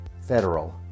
Federal